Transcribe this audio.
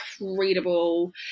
incredible